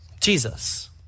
Jesus